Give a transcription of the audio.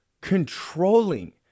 controlling